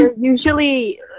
usually